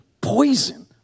poison